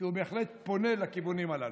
כי הוא בהחלט פונה לכיוונים הללו.